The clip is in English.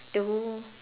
the world